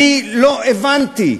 אני לא הבנתי.